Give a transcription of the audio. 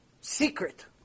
secret